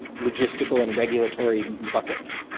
logistical, and regulatory buckets.